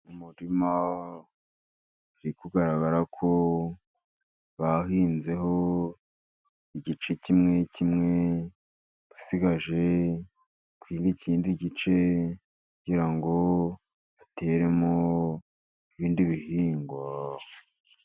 Umurima uri kugaragara ko bahinzeho igice kimwe kimwe, basigaje ikindi gice, kugira ngo bateremo ibindi bihingwa.